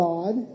God